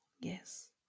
Yes